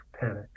panic